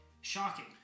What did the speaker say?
shocking